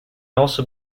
also